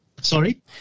Sorry